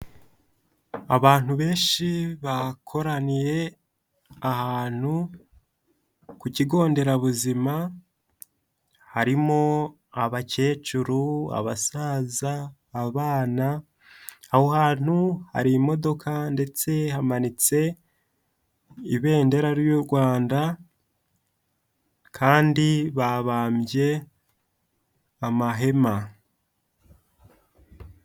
Abantu benshi bakoraniye ahantu ku kigo nderabuzima, harimo abakecuru, abasaza, abana. Aho hantu hari impodoka ndetse hamanitse ibendera ry'u Rwanda kandi babambye amahema.